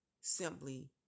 simply